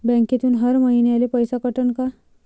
बँकेतून हर महिन्याले पैसा कटन का?